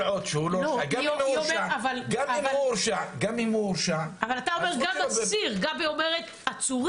גם אם הוא הורשע --- גבי אומרת עציר